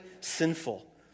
sinful